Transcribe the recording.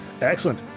Excellent